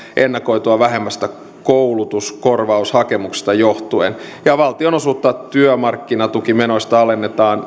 ennakoitua vähemmistä koulutuskorvaushakemuksista johtuen ja valtion osuutta työmarkkinatukimenoista alennetaan